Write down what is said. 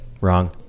wrong